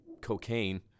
Cocaine